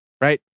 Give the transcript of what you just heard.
Right